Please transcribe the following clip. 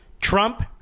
Trump